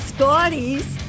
Scotty's